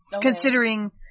considering